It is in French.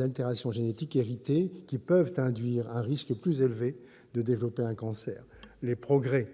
altérations génétiques héritées, qui peuvent induire un risque plus élevé de développer un cancer. Les progrès